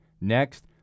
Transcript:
Next